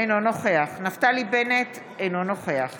אינו נוכח נפתלי בנט, אינו נוכח